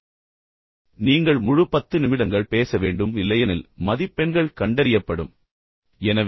எனவே நீங்கள் முழு 10 நிமிடங்கள் பேச வேண்டும் இல்லையெனில் மதிப்பெண்கள் கண்டறியப்படும் என்று கூறப்பட்டுள்ளது